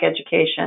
education